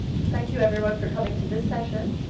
thank you everyone for coming to this session.